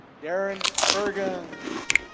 darren fergins.